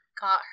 got